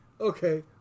okay